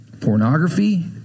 Pornography